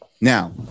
Now